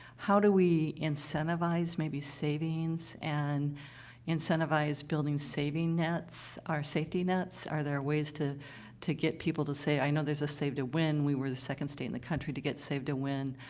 how do we incentivize, maybe, savings and incentivize building saving nets or safety nets. are there ways to to get people to say i know there's a save to win. we were the second state in the country to get save to win,